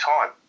time